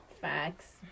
facts